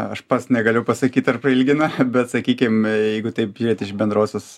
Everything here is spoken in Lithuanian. aš pats negaliu pasakyt ar prailgina bet sakykim jeigu taip žiūrėt iš bendrosios